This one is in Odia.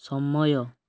ସମୟ